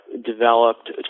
developed